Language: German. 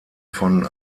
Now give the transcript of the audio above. von